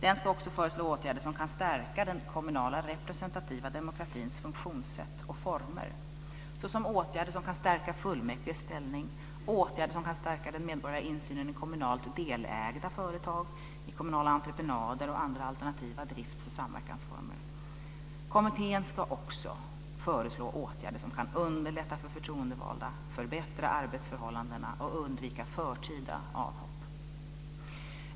Den ska också föreslå åtgärder som ska stärka den kommunala representativa demokratins funktionssätt och former, såsom åtgärder som kan stärka fullmäktiges ställning och åtgärder som kan stärka den medborgerliga insynen i kommunalt delägda företag, i kommunala entreprenader och i andra alternativa drifts och samverkansformer. Kommittén ska också föreslå åtgärder som kan underlätta för förtroendevalda, förbättra arbetsförhållandena och undvika förtida avhopp.